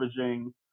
leveraging